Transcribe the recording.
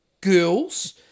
girls